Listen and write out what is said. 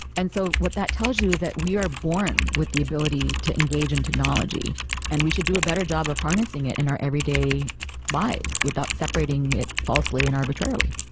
and so what that tells you is that we are born with the ability to engage in technology and we should do a better job of harnessing it in our everyday lives without separating it falsely and arbitrarily.